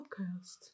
Podcast